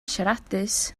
siaradus